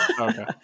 Okay